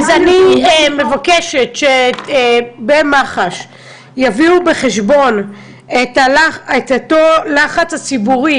אז אני מבקשת שבמח"ש יביאו בחשבון את הלחץ הציבורי